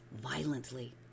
violently